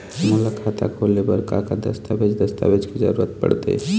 मोला खाता खोले बर का का दस्तावेज दस्तावेज के जरूरत पढ़ते?